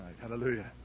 Hallelujah